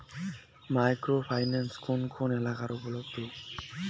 Micro finance কোন কোন এলাকায় উপলব্ধ?